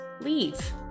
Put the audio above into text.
leave